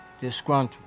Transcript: disgruntled